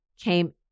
came